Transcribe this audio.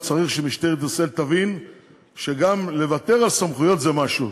וצריך שמשטרת ישראל תבין שגם לוותר על סמכויות זה משהו.